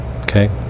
okay